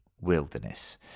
wilderness